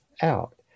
out